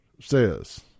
says